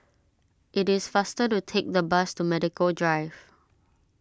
it is faster to take the bus to Medical Drive